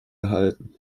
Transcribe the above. erhalten